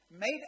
made